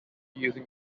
using